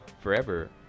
forever